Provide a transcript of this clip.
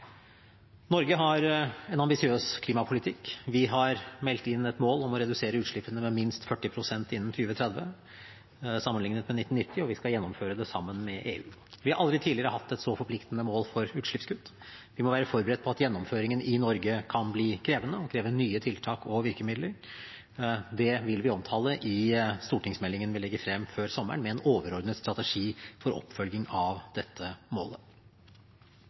Norge har en ambisiøs klimapolitikk. Vi har meldt inn et mål om å redusere utslippene med minst 40 pst. innen 2030 sammenliknet med 1990, og vi skal gjennomføre det sammen med EU. Vi har aldri tidligere hatt et så forpliktende mål for utslippskutt. Vi må være forberedt på at gjennomføringen i Norge kan bli krevende og kreve nye tiltak og virkemidler. Det vil vi omtale i stortingsmeldingen vi legger frem før sommeren, med en overordnet strategi for oppfølging av dette målet.